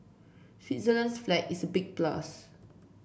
Switzerland's flag is big plus